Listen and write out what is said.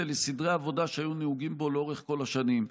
לסדרי עבודה שהיו נהוגים בו לאורך כל השנים.